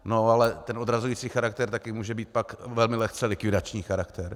No, ale ten odrazující charakter také může být pak velmi lehce likvidační charakter.